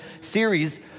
series